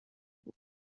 بود